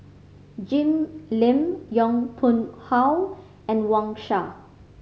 Jim Lim Yong Pung How and Wang Sha